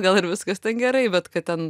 gal ir viskas ten gerai bet kad ten